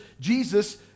Jesus